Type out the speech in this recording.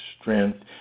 strength